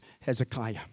Hezekiah